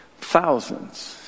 thousands